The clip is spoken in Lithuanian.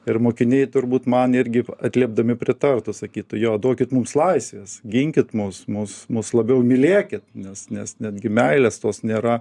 ir mokiniai turbūt man irgi atliepdami pritartų sakytų jo duokit mums laisvės ginkit mus mūsų mus labiau mylėkit nes nes netgi meilės tos nėra